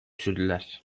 sürdüler